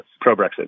pro-Brexit